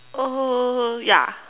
uh ya